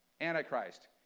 Antichrist